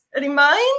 remind